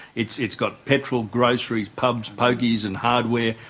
it's it's got petrol, groceries, pubs, pokies and hardware,